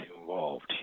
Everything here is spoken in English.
involved